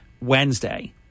Wednesday